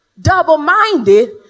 double-minded